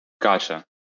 Gotcha